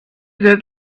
let